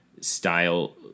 style